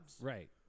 Right